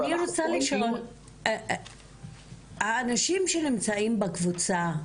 אני רוצה לשאול, האנשים שנמצאים בקבוצה,